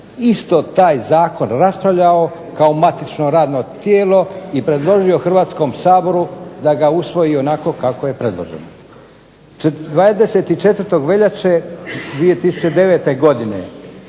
isto taj zakon raspravljao kao matično radno tijelo i predložio Hrvatskom saboru da ga usvoji onako kako je predloženo. 24. veljače 2009. godine